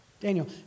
Daniel